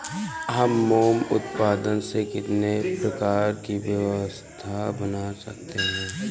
हम मोम उत्पाद से कितने प्रकार की वस्तुएं बना सकते हैं?